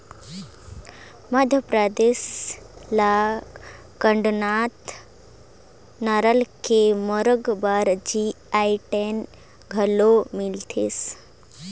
मध्यपरदेस ल कड़कनाथ नसल के मुरगा बर जी.आई टैग घलोक मिलिसे